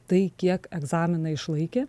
tai kiek egzaminą išlaikė